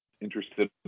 interested